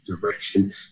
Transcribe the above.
direction